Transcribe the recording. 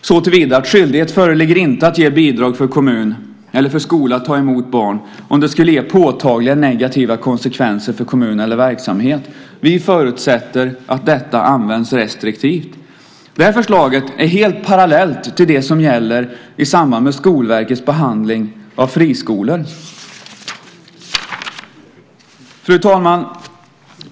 såtillvida att skyldighet föreligger inte att ge bidrag för kommun eller för skola att ta emot barn om det skulle ge påtagliga negativa konsekvenser för kommun eller verksamhet. Vi förutsätter att detta används restriktivt. Förslaget är helt parallellt till det som gäller i samband med Skolverkets behandling av frågan om friskolor. Fru talman!